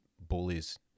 bullies